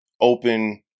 open